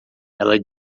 ela